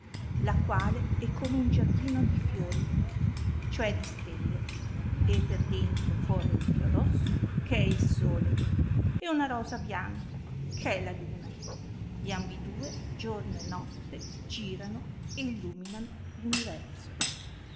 la quale è come un giardino di fiori ciò è di stelle e per dentro corre un fior rosso che è il sole e una rosa bianca che è la luna e ambidue giorno e notte girano e illuminano